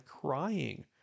crying